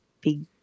big